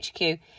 HQ